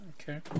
Okay